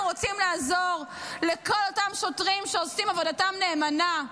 אנחנו רוצים לעזור לכל אותם שוטרים שעושים עבודתם נאמנה.